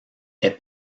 est